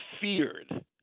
feared